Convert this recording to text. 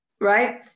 right